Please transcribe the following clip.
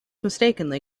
mistakenly